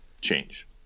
Change